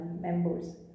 members